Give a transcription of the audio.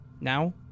Now